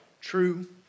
true